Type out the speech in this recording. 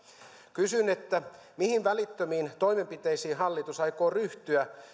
kysyn mihin välittömiin toimenpiteisiin hallitus aikoo